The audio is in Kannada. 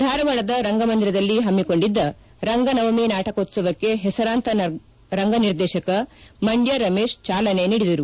ಧಾರವಾಡದ ರಂಗಮಂದಿರದಲ್ಲಿ ಹಮ್ಮಿಕೊಂಡಿದ್ದ ರಂಗ ನವಮಿ ನಾಟಕೋತ್ಸವಕ್ಕೆ ಹೆಸರಾಂತ ರಂಗ ನಿರ್ದೇಶಕ ಮಂಡ್ಯ ರಮೇಶ್ ಚಾಲನೆ ನೀಡಿದರು